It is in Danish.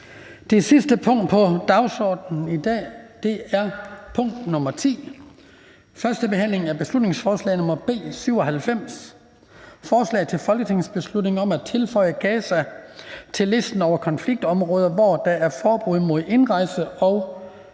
Det sidste punkt på dagsordenen er: 10) 1. behandling af beslutningsforslag nr. B 97: Forslag til folketingsbeslutning om at tilføje Gaza til listen over konfliktområder, hvor der er forbud mod indrejse og ophold.